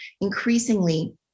increasingly